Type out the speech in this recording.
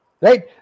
right